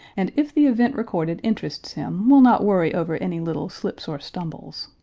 and if the event recorded interests him, will not worry over any little slips or stumbles.